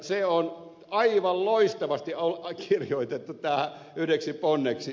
se on aivan loistavasti kirjoitettu tähän yhdeksi ponneksi